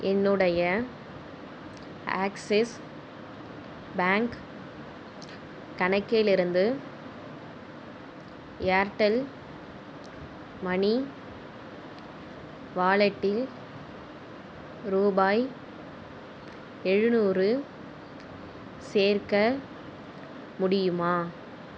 என்னுடைய Axis bank கணக்கிலிருந்து Airtel money வாலெட்டில் ரூபாய் எழுநூறு சேர்க்க முடியுமா